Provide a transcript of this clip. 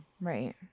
Right